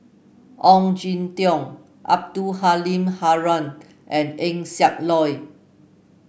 Ong Jin Teong Abdul Halim Haron and Eng Siak Loy